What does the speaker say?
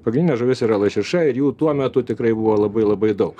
pagrindinė žuvis yra lašiša ir jų tuo metu tikrai buvo labai labai daug